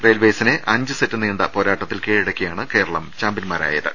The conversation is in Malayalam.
റെയിൽവേസിനെ അഞ്ച് സെറ്റ് നീണ്ട പോരാ ട്ടത്തിൽ കീഴടക്കിയാണ് കേരളം ചാമ്പ്യൻമാരായത്